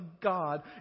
God